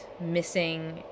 missing